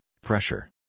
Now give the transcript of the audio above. pressure